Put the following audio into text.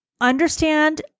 understand